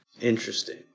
Interesting